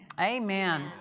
Amen